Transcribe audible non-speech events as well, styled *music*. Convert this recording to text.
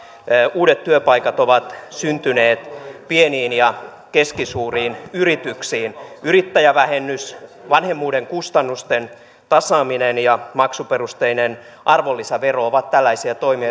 uudet työpaikat ovat syntyneet pieniin ja keskisuuriin yrityksiin yrittäjävähennys vanhemmuuden kustannusten tasaaminen ja maksuperusteinen arvonlisävero ovat tällaisia toimia *unintelligible*